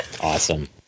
Awesome